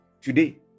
Today